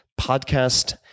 podcast